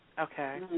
Okay